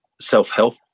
self-help